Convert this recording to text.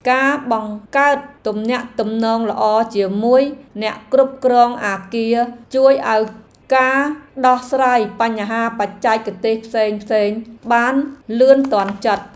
ការបង្កើតទំនាក់ទំនងល្អជាមួយអ្នកគ្រប់គ្រងអគារជួយឱ្យការដោះស្រាយបញ្ហាបច្ចេកទេសផ្សេងៗបានលឿនទាន់ចិត្ត។